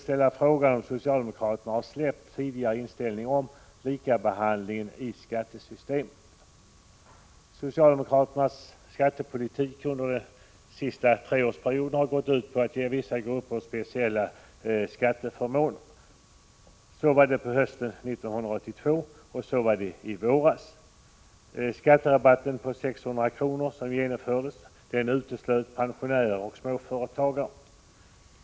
Har socialdemokraterna släppt sin tidigare inställning i fråga om likabehandling i skattesystemet? Socialdemokraternas skattepolitik under den senaste treårsperioden har gått ut på att ge vissa grupper speciella skatteförmåner. Så var det på hösten 1982, och så var det i våras. Skatterabatten på 600 kr. uteslöt pensionärer och småföretagare.